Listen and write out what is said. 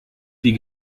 die